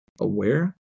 aware